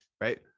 right